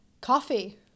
coffee